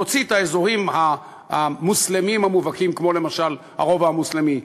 להוציא את האזורים המוסלמיים המובהקים כמו למשל הרובע המוסלמי,